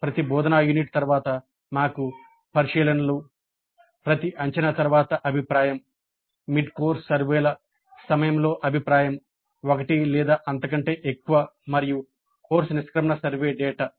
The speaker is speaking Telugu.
ప్రతి బోధనా యూనిట్ తర్వాత మాకు పరిశీలనలు ప్రతి అంచనా తర్వాత అభిప్రాయం మిడ్ కోర్సు సర్వేల సమయంలో అభిప్రాయం మరియు కోర్సు నిష్క్రమణ సర్వే డేటా